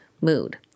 Mood